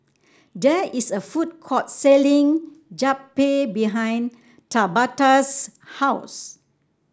there is a food court selling Japchae behind Tabatha's house